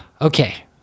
Okay